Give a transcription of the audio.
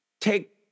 take